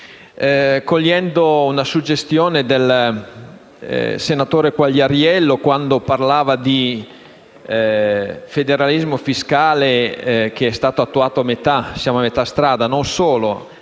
Cogliendo una suggestione del senatore Quagliariello, quando parlava di un federalismo fiscale che è stato attuato a metà, faccio